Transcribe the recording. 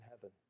heaven